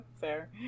Fair